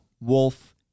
Wolf